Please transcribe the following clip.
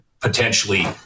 potentially